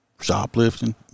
Shoplifting